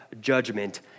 judgment